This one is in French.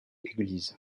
églises